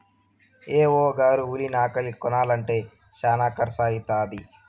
AO గారు ఉలి నాగలి కొనాలంటే శానా కర్సు అయితదేమో